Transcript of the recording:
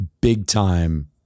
big-time